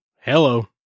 Hello